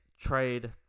trade